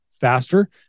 faster